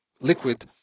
liquid